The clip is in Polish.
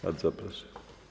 Bardzo proszę.